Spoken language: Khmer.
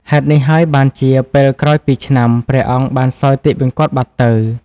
ហេតុនេះហើយ បានជាពេលក្រោយពីរឆ្នាំ ព្រះអង្គបានសោយទិវង្គតបាត់ទៅ។